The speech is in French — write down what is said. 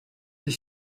des